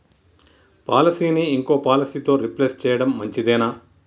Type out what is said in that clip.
పాలసీని ఇంకో పాలసీతో రీప్లేస్ చేయడం మంచిదేనా?